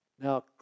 Now